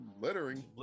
littering